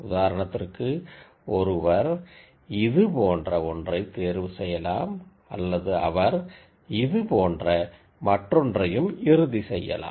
உதாரணத்திற்கு ஒருவர் இது போன்ற ஒன்றைத் தேர்வுசெய்யலாம் அல்லது அவர் இது போன்ற மற்றொன்றையும் இறுதி செய்யலாம்